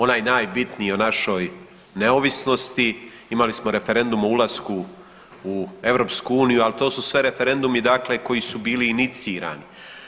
Onaj najbitniji o našoj neovisnosti, imali smo referendum o ulasku u EU, ali to su sve referendumi dakle koji su bili inicirani.